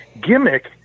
gimmick